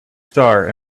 star